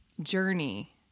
journey